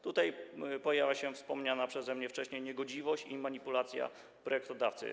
Tutaj pojawia się wspomniana przeze mnie wcześniej niegodziwość i manipulacja projektodawcy.